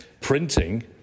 printing